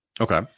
Okay